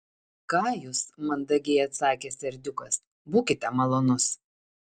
ką jūs mandagiai atsakė serdiukas būkite malonus